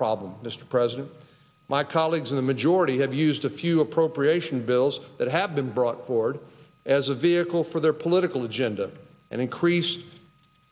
problem mr president my colleagues in the majority have used a few appropriation bills that have been brought forward as a vehicle for their political agenda and increased